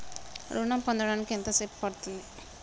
ఋణం పొందడానికి ఎంత సేపు పడ్తుంది?